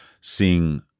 seeing